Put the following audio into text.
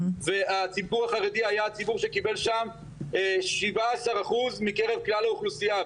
והציבור החרדי היה הציבור שקיבל שם 17% מקרב כלל האוכלוסייה,